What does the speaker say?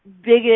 biggest